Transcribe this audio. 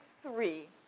three